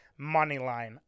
Moneyline